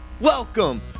welcome